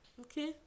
Okay